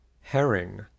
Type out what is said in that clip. herring